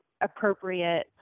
appropriate